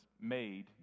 made